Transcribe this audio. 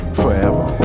forever